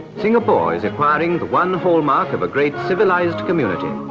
singapore is acquiring the one hallmark of a great civilized community,